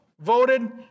Voted